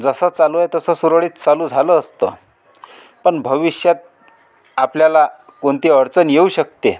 जसं चालू आहे तसं सुरळीत चालू झालं असतं पण भविष्यात आपल्याला कोणती अडचण येऊ शकते